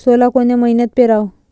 सोला कोन्या मइन्यात पेराव?